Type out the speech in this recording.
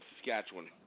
Saskatchewan